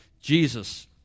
Jesus